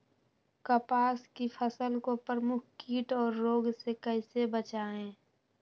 कपास की फसल को प्रमुख कीट और रोग से कैसे बचाएं?